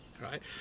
Right